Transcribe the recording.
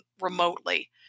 remotely